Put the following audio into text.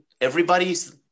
Everybody's